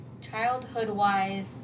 childhood-wise